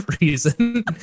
reason